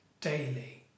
daily